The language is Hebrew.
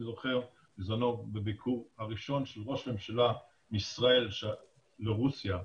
אני זוכר בזמנו בביקור הראשון של ראש ממשלה מישראל ברוסיה,